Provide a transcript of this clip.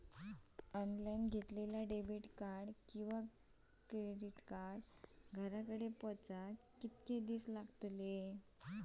Online घेतला credit card किंवा debit card घराकडे पोचाक कितके दिस लागतत?